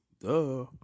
duh